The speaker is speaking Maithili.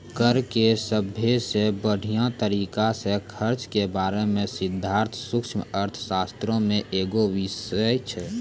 कर के सभ्भे से बढ़िया तरिका से खर्च के बारे मे सिद्धांत सूक्ष्म अर्थशास्त्रो मे एगो बिषय छै